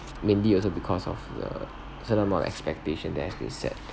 mainly also because of the certain amount of expectation that have been set